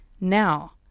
now